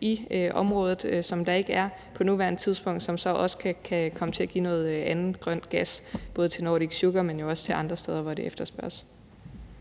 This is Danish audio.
i området, som der ikke er på nuværende tidspunkt, som så også kan komme til at give noget andet grønt gas både til Nordic Sugar, men jo også til andre steder, hvor det efterspørges.